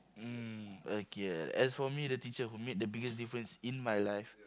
mm okay as for me the teacher who made the biggest difference in my life